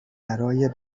برای